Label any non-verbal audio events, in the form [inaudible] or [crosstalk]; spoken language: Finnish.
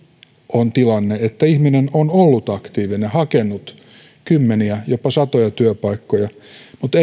on tilanne että ihminen on ollut aktiivinen hakenut kymmeniä jopa satoja työpaikkoja mutta [unintelligible]